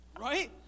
right